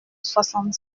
soixante